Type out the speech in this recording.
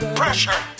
pressure